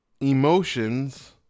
emotions